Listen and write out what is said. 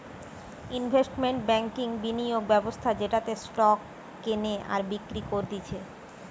investment ব্যাংকিংবিনিয়োগ ব্যবস্থা যেটাতে স্টক কেনে আর বিক্রি করতিছে